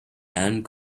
and